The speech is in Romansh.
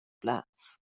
plaz